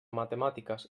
matemàtiques